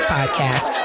Podcast